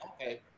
okay